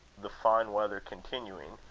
the fine weather continuing,